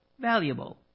valuable